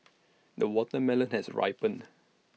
the watermelon has ripened